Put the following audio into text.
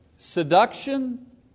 Seduction